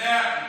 מאה אחוז.